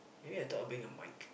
maybe I thought of bringing a mic